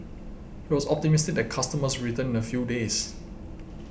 he was optimistic that customers would return in a few days